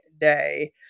day